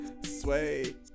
sway